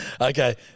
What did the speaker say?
Okay